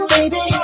Baby